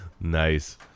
Nice